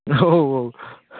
औ औ